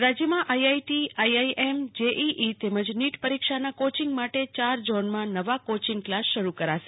coaching class રાજ્યમાં I I T I I M J E E તેમજ NEET પરીક્ષાના coaching માટે ચાર ઝોનમાં નવા કોચિંગ કલાસ શરૂ કરાશે